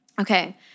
Okay